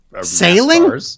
sailing